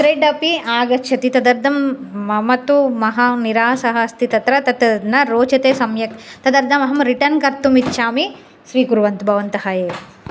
red अपि आगच्छति तदर्तं मम तु महान् निरासः अस्ति तत्र तत् न रोचते सम्यक् तदर्थम् अहं रिटर्न् कर्तुमिच्छामि स्वीकुर्वन्तु भवन्तः एव